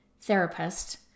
therapist